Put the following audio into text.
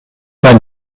pas